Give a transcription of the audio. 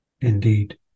Indeed